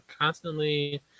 constantly